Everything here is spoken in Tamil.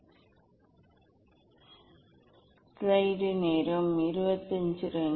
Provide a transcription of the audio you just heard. இதை நான் அகற்ற வேண்டும் என்று நினைக்கிறேன் எனது மொபைலை இங்கிருந்து அகற்றுவேன் இதை அணைக்கவும் இதை அணைக்கவும்